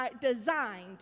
designed